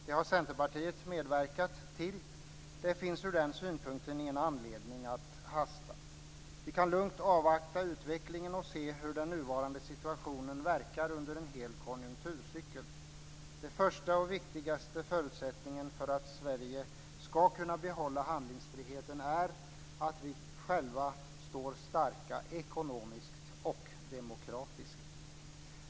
Det har Centerpartiet medverkat till. Det finns ur den synpunkten ingen anledning att hasta. Vi kan lugnt avvakta utvecklingen och se hur de nuvarande situationen verkar under en hel konjunkturcykel. Den första och viktigaste förutsättningen för att Sverige ska kunna behålla handlingsfriheten är att vi själva står starka ekonomiskt och demokratiskt.